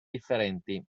differenti